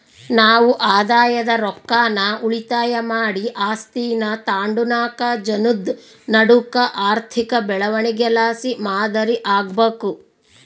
ನಾವು ಆದಾಯದ ರೊಕ್ಕಾನ ಉಳಿತಾಯ ಮಾಡಿ ಆಸ್ತೀನಾ ತಾಂಡುನಾಕ್ ಜನುದ್ ನಡೂಕ ಆರ್ಥಿಕ ಬೆಳವಣಿಗೆಲಾಸಿ ಮಾದರಿ ಆಗ್ಬಕು